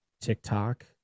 TikTok